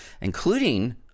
Including